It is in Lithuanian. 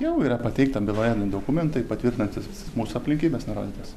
jau yra pateikta byloje dokumentai patvirtinantys visas mūsų aplinkybes nurodytas